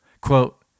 Quote